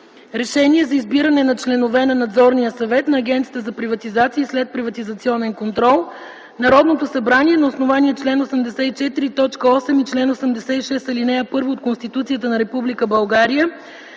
Е Н И Е за избиране на членове на Надзорния съвет на Агенцията за приватизация и следприватизационен контрол Народното събрание на основание чл. 84, т. 8 и чл. 86, ал. 1 от Конституцията на Република